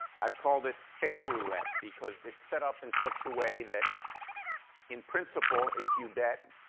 i've called it fair roulette, because it's set up in such a way that in principle, if you bet,